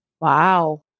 wow